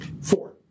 Four